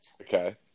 okay